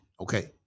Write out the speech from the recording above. Okay